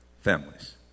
families